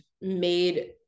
made